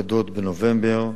מופקדות מנובמבר,